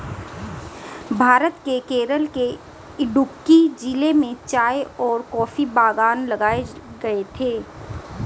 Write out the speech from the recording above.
भारत के केरल के इडुक्की जिले में चाय और कॉफी बागान लगाए गए थे